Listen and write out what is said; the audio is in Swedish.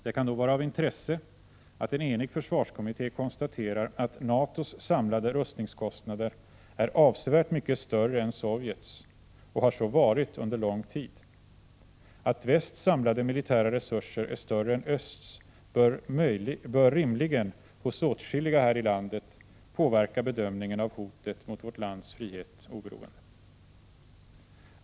Det kan då vara av intresse att en enig försvarskommitté konstaterar att NATO:s samlade rustningskostnader är avsevärt mycket större än Sovjets och har så varit under lång tid. Att västs samlade militära resurser är större än östs bör rimligen hos åtskilliga här i landet påverka bedömningen av hotet mot vårt lands frihet och oberoende.